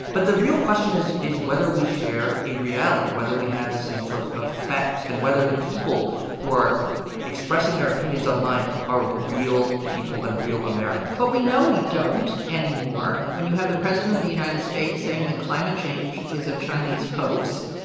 but the real question is is whether we share a reality, whether we have the same sorts of facts and whether the people who are expressing their opinions online are real people and real americans but we know we don't anymore when you have the president of the united states saying that climate change is a chinese hoax.